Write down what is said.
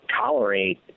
tolerate